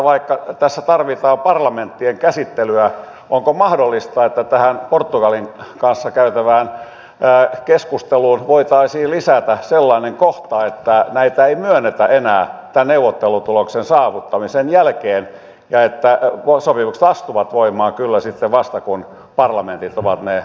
vaikka tässä tarvitaan parlamenttien käsittelyä onko mahdollista että tähän portugalin kanssa käytävään keskusteluun voitaisiin lisätä sellainen kohta että näitä ei myönnetä enää tämän neuvottelutuloksen saavuttamisen jälkeen ja että sopimukset astuvat voimaan vasta sitten kun parlamentit ovat ne käsitelleet